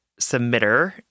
submitter